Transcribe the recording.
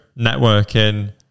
networking